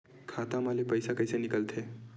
खाता मा ले पईसा कइसे निकल थे?